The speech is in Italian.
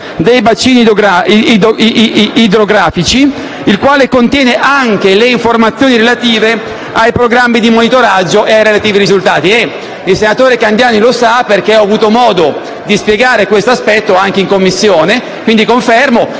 dei bacini idrografici, il quale contiene anche le informazioni relative ai programmi di monitoraggio e ai relativi risultati. Il senatore Candiani lo sa perché ho avuto modo di spiegare questo aspetto anche in Commissione. Confermo